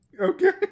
okay